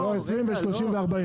גם את ההשתתפות העצמית.